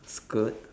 skirt